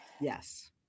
yes